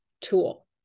tool